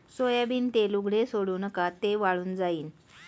soybean तेल उघडे सोडू नका, ते वाळून जाईल